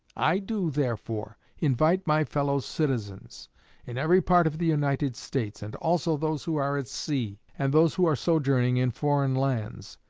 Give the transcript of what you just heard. i do, therefore, invite my fellow-citizens in every part of the united states, and also those who are at sea, and those who are sojourning in foreign lands,